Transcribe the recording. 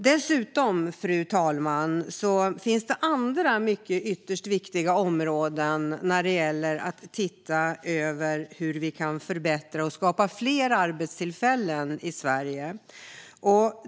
Dessutom, fru talman, finns det andra ytterst viktiga områden när det gäller att titta över hur vi kan förbättra och skapa fler arbetstillfällen i Sverige.